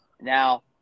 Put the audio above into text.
Now